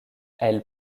elle